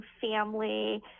family